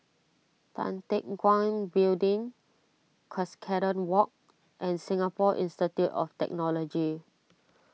Tan Teck Guan Building Cuscaden Walk and Singapore Institute of Technology